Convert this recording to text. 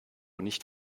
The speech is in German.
nicht